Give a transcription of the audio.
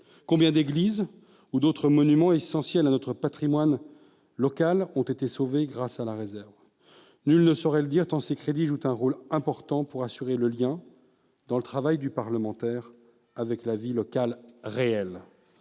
Combien d'églises ou d'autres monuments essentiels de notre patrimoine local ont été sauvés grâce à la réserve ? Nul ne saurait le dire tant ces crédits jouent un rôle important pour assurer le lien entre le travail du parlementaire et la vie locale réelle.,